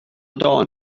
dawn